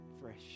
fresh